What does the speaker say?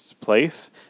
place